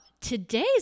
today's